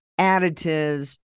additives